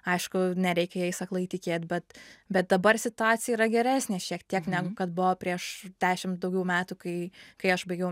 aišku nereikia jais aklai tikėt bet bet dabar situacija yra geresnė šiek tiek negu kad buvo prieš dešim daugiau metų kai kai aš baigiau